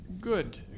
Good